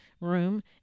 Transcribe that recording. room